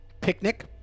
Picnic